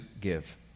give